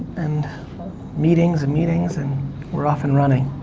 and meetings and meetings, and we're off and running.